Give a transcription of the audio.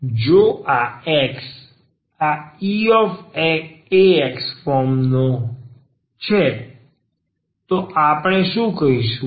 જો આ X આ eax ફોર્મનો છે આપણે શું કરીશું